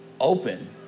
open